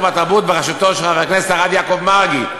והתרבות בראשותו של חבר הכנסת הרב יעקב מרגי.